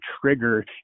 trigger